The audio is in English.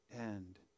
end